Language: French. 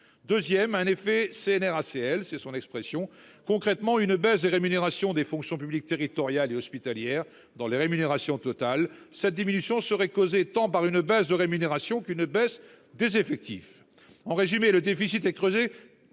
2ème a un effet Cnracl, c'est son expression concrètement une baisse des rémunérations des fonctions publiques territoriale et hospitalière dans les rémunérations totales cette diminution serait causé tant par une baisse de rémunération qu'une baisse des effectifs. En résumé, le déficit et creuser